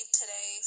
today